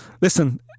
Listen